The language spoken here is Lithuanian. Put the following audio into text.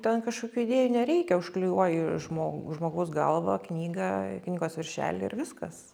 ten kažkokių idėjų nereikia užklijuoji žmog žmogaus galvą knygą knygos viršelį ir viskas